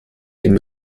dem